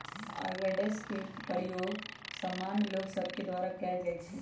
avoidance के प्रयोग सामान्य लोग सभके द्वारा कयल जाइ छइ